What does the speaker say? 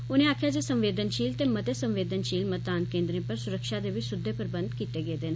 उनें आक्खेआ जे संवेदनशील ते मते संवेदनशील मतदान केन्द्रें पर सुरक्षा दे बी सुद्दे प्रबंध कीते गेदे न